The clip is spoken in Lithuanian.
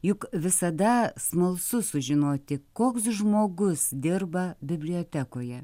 juk visada smalsu sužinoti koks žmogus dirba bibliotekoje